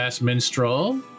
Minstrel